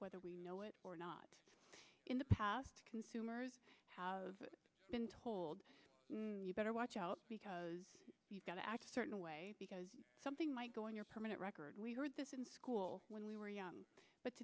whether we know it or not in the past consumers have been told you better watch out because you've got to act a certain way because something might go on your permanent record we heard this in school when we were young but